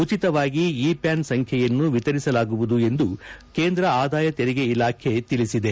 ಉಚಿತವಾಗಿ e PAN ಸಂಬ್ಲೆಯನ್ನು ವಿತರಿಸಲಾಗುವುದು ಎಂದು ಕೇಂದ್ರ ಆದಾಯ ತೆರಿಗೆ ಇಲಾಖೆ ತಿಳಿಸಿದೆ